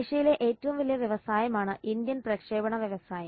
ഏഷ്യയിലെ ഏറ്റവും വലിയ വ്യവസായമാണ് ഇന്ത്യൻ പ്രക്ഷേപണ വ്യവസായം